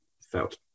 felt